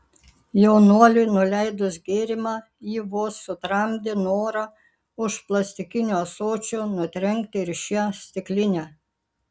jaunuoliui nuleidus gėrimą ji vos sutramdė norą už plastikinio ąsočio nutrenkti ir šią stiklinę